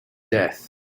death